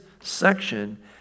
section